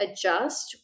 adjust